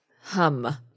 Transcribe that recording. Hum